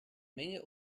menge